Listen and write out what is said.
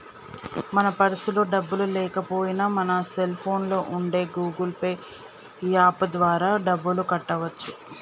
మన పర్సులో డబ్బులు లేకపోయినా మన సెల్ ఫోన్లో ఉండే గూగుల్ పే యాప్ ద్వారా డబ్బులు కట్టవచ్చు